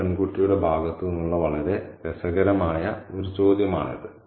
ഒരു പെൺകുട്ടിയുടെ ഭാഗത്തുനിന്നുള്ള വളരെ രസകരമായ ഒരു ചോദ്യമാണിത്